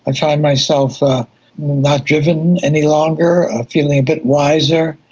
and find myself ah not driven any longer, feeling a bit wiser.